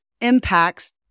impacts